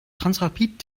transrapid